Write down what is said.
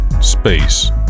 Space